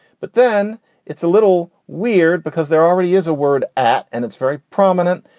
but then it's a little weird because there already is a word at. and it's very prominent.